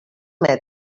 metres